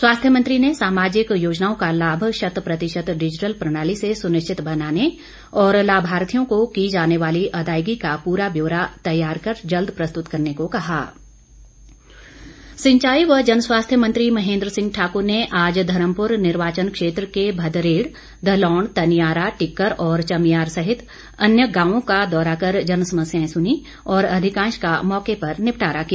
स्वास्थ्य मंत्री ने सामाजिक योजनाओं का लाभ शत प्रतिशत डिजिटल प्रणाली से सुनिश्चित बनाने और लाभार्थियों को की जाने वाली अदायगी का पूरा ब्योरा तैयार कर जल्द प्रस्तुत करने को महेन्द्र सिंह सिंचाई व जन स्वास्थ्य मंत्री महेन्द्र सिंह ठाकूर ने आज धर्मपुर निर्वाचन क्षेत्र के भदरेड़ घलौण तनियारा टिक्कर और चमियार सहित अन्य गांवों का दौरा कर जन समस्याएं सुनी और अधिकांश का मौके पर निपटारा किया